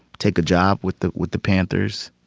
take a job with the with the panthers.